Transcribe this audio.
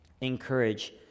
encourage